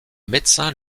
médecin